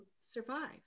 survive